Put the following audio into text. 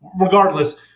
regardless